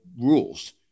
rules